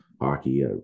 hockey